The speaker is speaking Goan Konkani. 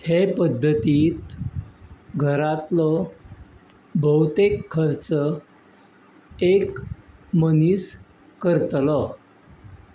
हे पद्दतीत घरांतलो भोवतेक खर्च एक मनीस करतलो